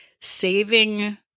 saving